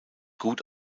gut